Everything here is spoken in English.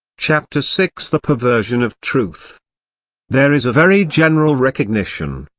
chapter six the perversion of truth there is a very general recognition,